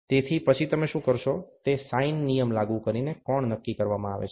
તેથી પછી તમે શું કરશો તે સાઇન નિયમ લાગુ કરીને કોણ નક્કી કરવામાં આવે છે